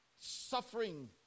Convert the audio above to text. suffering